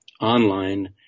online